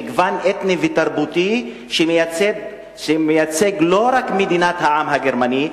מגוון אתני ותרבותי שמייצג לא רק את מדינת העם הגרמני,